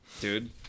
dude